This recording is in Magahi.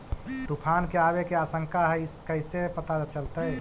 तुफान के आबे के आशंका है इस कैसे पता चलतै?